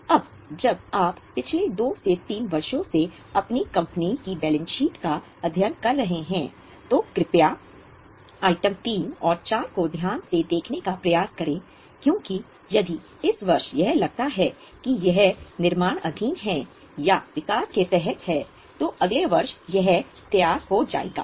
अब जब आप पिछले दो से तीन वर्षों से अपनी कंपनी की बैलेंस शीट का अध्ययन कर रहे हैं तो कृपया आइटम 3 और 4 को ध्यान से देखने का प्रयास करें क्योंकि यदि इस वर्ष यह लगता है कि यह निर्माणाधीन है या विकास के तहत है तो अगले वर्ष यह तैयार हो जाएगा